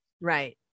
Right